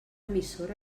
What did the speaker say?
emissora